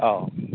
औ